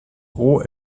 roh